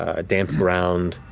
a damp ground,